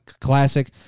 Classic